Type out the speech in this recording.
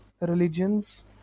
religions